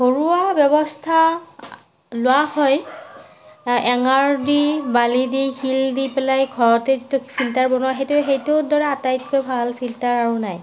ঘৰুৱা ব্যৱস্থা লোৱা হয় এঙাৰ দি বালি দি শিল দি পেলাই ঘৰতে যিটো ফিল্টাৰ বনোৱা সেইটো সেইটোৰ দ্বাৰা আটাইতকৈ ভাল ফিল্টাৰ আৰু নাই